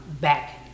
back